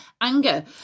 anger